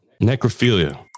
Necrophilia